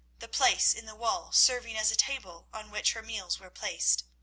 the place in the wall serving as a table on which her meals were placed.